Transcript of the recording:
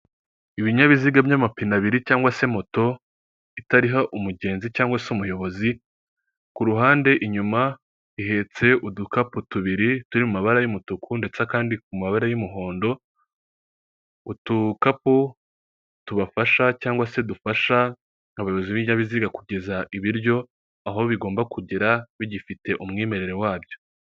Ibinyabiziga by'amapine abiri cyangwa se moto itariho umugenzi cyangwa se umuyobozi, ku ruhande, inyuma ihetse udukapu tubiri turi mu mabara y'umutuku, ndetse akandi ku mabara y'umuhondo, utukapu tubafasha cyangwa se dufasha abayobozi b'ibinyabiziga kugeza ibiryo aho bigomba kugera bigifite umwimerere wabyo.